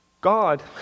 God